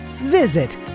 Visit